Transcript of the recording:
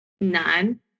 none